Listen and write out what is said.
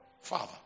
Father